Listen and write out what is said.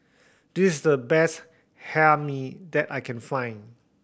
this the best Hae Mee that I can find